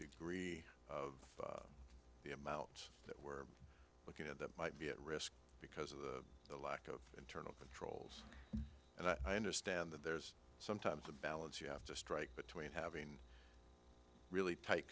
degree of the amount that we're looking at that might be at risk because of the lack of internal controls and i understand that there's sometimes a balance you have to strike between having really tight